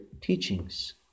teachings